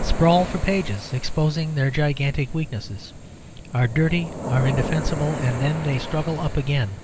sprawl for pages, exposing their gigantic weakness, are dirty, are indefensible and then they struggle up again